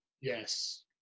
yes